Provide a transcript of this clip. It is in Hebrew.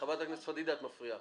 חברת הכנסת פדידה, את מפריעה.